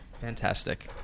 fantastic